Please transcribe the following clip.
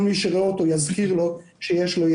כל מי שרואה אותו יזכיר לו שיש לו שיש